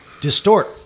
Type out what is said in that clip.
Distort